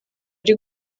ari